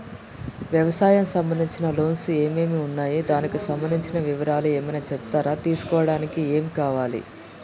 వ్యవసాయం సంబంధించిన లోన్స్ ఏమేమి ఉన్నాయి దానికి సంబంధించిన వివరాలు ఏమైనా చెప్తారా తీసుకోవడానికి ఏమేం కావాలి?